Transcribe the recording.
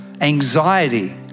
anxiety